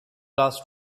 last